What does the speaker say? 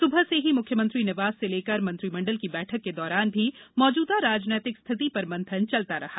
सुबह से ही मुख्यमंत्री निवास से लेकर मंत्रिमंडल की बैठक के दौरान भी मौजूदा राजनीतिक स्थिति पर मंथन चलता रहा